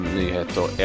nyheter